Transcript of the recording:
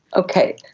okay,